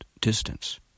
distance